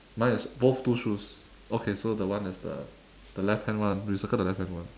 mine is both two shoes okay so that one is the the left hand one you circle the left hand one